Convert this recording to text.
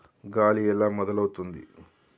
గాలి ఎలా మొదలవుతుంది?